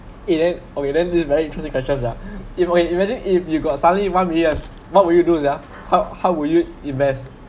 then okay then this is very interesting questions ah if for imagine if you got suddenly one million what will you do ah how how would you invest